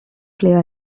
player